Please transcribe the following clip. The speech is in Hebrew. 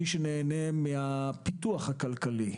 מי שנהנה מן הפיתוח הכלכלי,